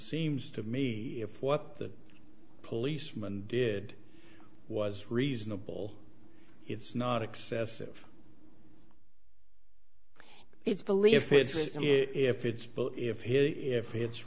seems to me if what the policeman did was reasonable it's not excessive it's believe if it if it's